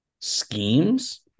schemes